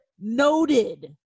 noted